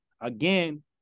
again